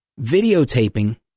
videotaping